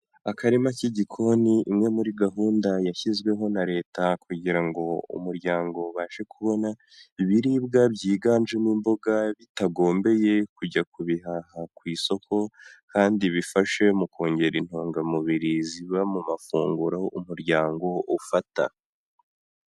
Akarima k'igikoni, imwe muri gahunda yashyizweho na leta, kugira ngo umuryango ubashe kubona ibiribwa byiganjemo imboga, bitagombeye kujya kubihaha ku isoko, kandi bifashe mu kongera intungamubiri ziba mu mafunguro umuryango ufata.